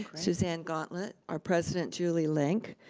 suzanne gauntlett, our president julie lenk,